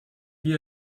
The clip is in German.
wie